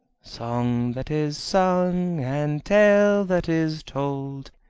song that is sung, and tale that is told,